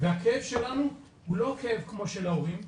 והכאב שלנו הוא לא כאב כמו של ההורים,